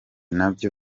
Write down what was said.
nabyo